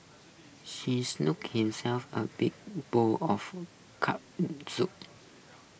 she herself A big bowl of Corn Soup